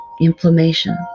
inflammation